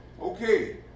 Okay